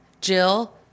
Jill